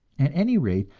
at any rate,